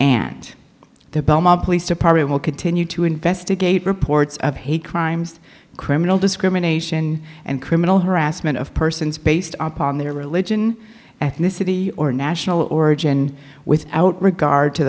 and the belmont police department will continue to investigate reports of hate crimes criminal discrimination and criminal harassment of persons based on their religion ethnicity or national origin without regard to